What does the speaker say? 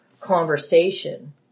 conversation